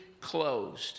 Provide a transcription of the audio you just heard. closed